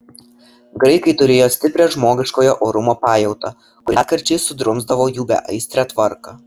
graikai turėjo stiprią žmogiškojo orumo pajautą kuri retkarčiais sudrumsdavo jų beaistrę tvarką